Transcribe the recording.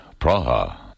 Praha